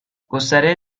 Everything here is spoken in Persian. گستره